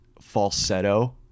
falsetto